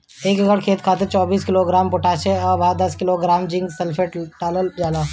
एक एकड़ खेत खातिर चौबीस किलोग्राम पोटाश व दस किलोग्राम जिंक सल्फेट डालल जाला?